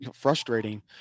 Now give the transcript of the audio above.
frustrating